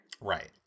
Right